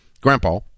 grandpa